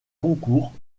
concours